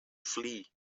flee